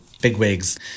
bigwigs